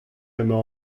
emañ